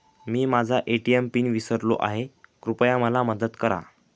मी माझा ATM PIN विसरलो आहे, कृपया मला मदत करा